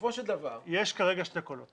יש כרגע שני קולות.